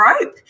rope